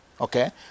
okay